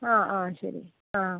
ആ ആ ശരി ആ